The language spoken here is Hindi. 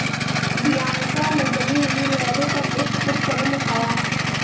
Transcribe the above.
बियांका ने जमी हुई लहरों पर एक सतर्क कदम उठाया